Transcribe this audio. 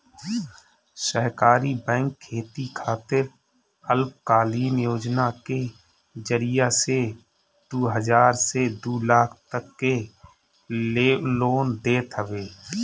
सहकारी बैंक खेती खातिर अल्पकालीन योजना के जरिया से दू हजार से दू लाख तक के लोन देत हवे